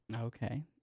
Okay